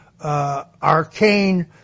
arcane